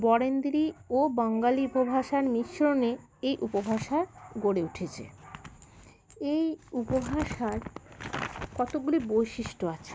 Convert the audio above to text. বরেন্দ্রী ও বাঙ্গালি উপভাষার মিশ্রণে এই উপভাষা গড়ে উঠেছে এই উপভাষার কতকগুলি বৈশিষ্ট্য আছে